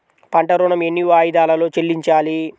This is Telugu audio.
పంట ఋణం ఎన్ని వాయిదాలలో చెల్లించాలి?